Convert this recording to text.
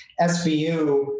SVU